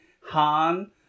Han